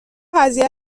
قضیه